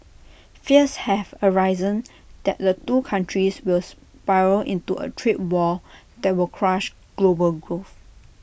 fears have arisen that the two countries will spiral into A trade war that will crush global growth